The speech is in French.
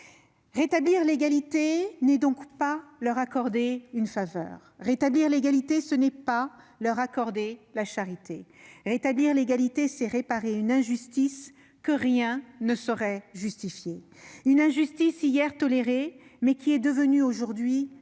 Rétablir l'égalité, ce n'est donc pas leur accorder une faveur. Rétablir l'égalité, ce n'est pas leur accorder la charité. Rétablir l'égalité, c'est réparer une injustice que rien ne saurait justifier, une injustice hier tolérée, mais devenue aujourd'hui